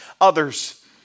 others